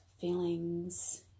feelings